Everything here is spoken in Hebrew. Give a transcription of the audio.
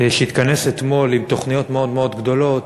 אתמול עם תוכניות מאוד מאוד גדולות,